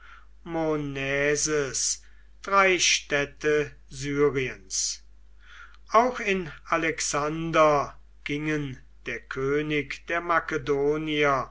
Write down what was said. drei städte syriens auch in alexander gingen der könig der makedonier